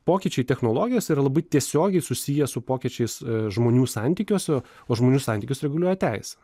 pokyčiai technologijos yra labai tiesiogiai susiję su pokyčiais žmonių santykiuose o žmonių santykius reguliuoja teisė